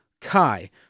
Kai